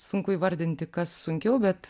sunku įvardinti kas sunkiau bet